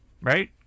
right